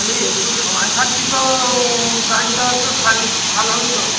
তাহলে একটু সময় থাকতে তো গাড়িটা তো ছাড়লে ভালো হত